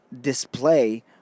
display